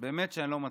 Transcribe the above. באמת שאני לא מצליח.